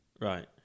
Right